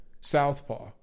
southpaw